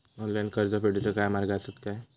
Online कर्ज फेडूचे काय मार्ग आसत काय?